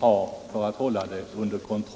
hålla avfallet under kontroll.